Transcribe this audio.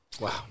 Wow